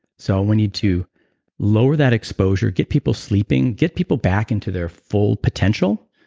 so, we need to lower that exposure, get people sleeping, get people back into their full potential,